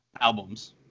albums